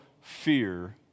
fear